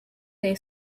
they